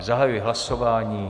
Zahajuji hlasování.